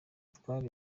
twari